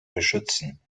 beschützen